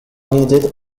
needed